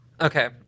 okay